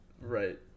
right